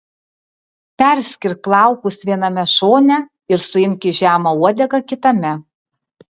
perskirk plaukus viename šone ir suimk į žemą uodegą kitame